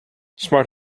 smart